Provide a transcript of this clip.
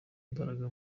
imbaraga